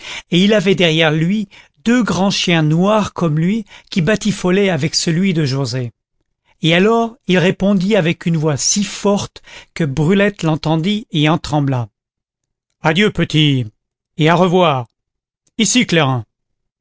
et il avait derrière lui deux grands chiens noirs comme lui qui batifolaient avec celui de joset et alors il répondit avec une voix si forte que brulette l'entendit et en trembla adieu petit et à revoir ici clairin